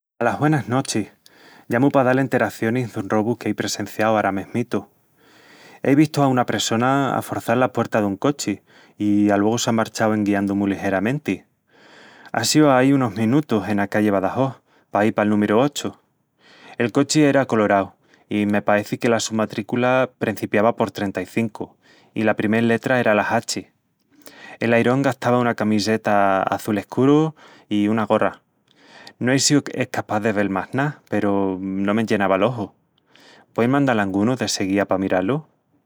Alas güenas nochis, llamu pa dal enteracionis dun robu que ei presenciau ara mesmitu. Ei vistu a una pressona aforçal la puerta dun cochi i aluegu s'á marchau en guiandu mu ligeramenti. Á síu ai unus menutus, ena calli Badajós, paí pal númiru ochu. El cochi era colorau,i me paeci que la su matrícula prencipiava por trenta-i-cincu i la primel letra era la hachi. El lairón gastavauna camiseta azul escuru i una gorra. No ei síu escapás de vel más ná, peru no m'enllenava l'oju. Puein mandal a angunu de seguía pa mirá-lu?